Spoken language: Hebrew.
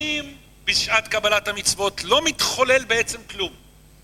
בשעת קבלת המצוות, לא מתחולל בעצם כלום.